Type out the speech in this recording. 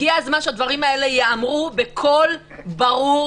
הגיע הזמן שהדברים האלה ייאמרו בקול ברור